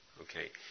okay